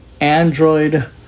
Android